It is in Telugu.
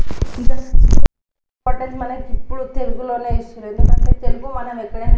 ఇంత సూపర్ అడ్వాంటేజ్ మనకి తెలుగులోఇస్తుర్రు ఎందుకంటే తెలుగు మనం ఎక్కడైనా